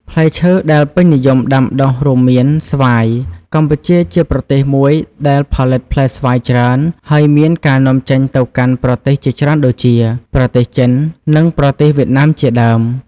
ផ្លែឈើដែលពេញនិយមដាំដុះរួមមានស្វាយ កម្ពុជាជាប្រទេសមួយដែលផលិតផ្លែស្វាយច្រើន ហើយមានការនាំចេញទៅកាន់ប្រទេសជាច្រើនដូចជា ប្រទេសចិន និងប្រទេសវៀតណាមជាដើម។